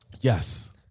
Yes